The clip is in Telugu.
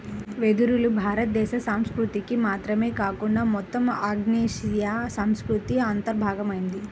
వెదురులు భారతదేశ సంస్కృతికి మాత్రమే కాకుండా మొత్తం ఆగ్నేయాసియా సంస్కృతికి అంతర్భాగమైనవి